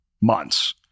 months